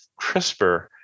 CRISPR